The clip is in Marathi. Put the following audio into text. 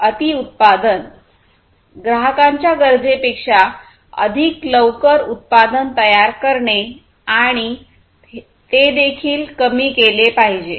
अतिउत्पादन ग्राहकांच्या गरजेपेक्षा अधिक लवकर उत्पादन तयार करणे आणि हे देखील कमी केले पाहिजे